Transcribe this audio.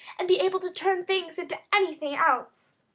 and be able to turn things into anything else!